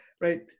right